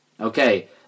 Okay